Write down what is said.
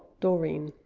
dorine